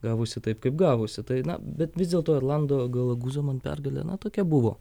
gavosi taip kaip gavosi tai na bet vis dėlto erlando galaguzo man pergalė na tokia buvo